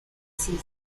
season